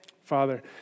Father